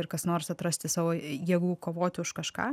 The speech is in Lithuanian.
ir kas nors atrasti savo jėgų kovoti už kažką